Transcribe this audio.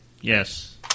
Yes